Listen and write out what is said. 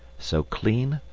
so clean,